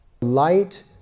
Light